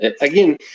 Again